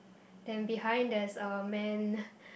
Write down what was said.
and behind there's a man